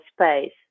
space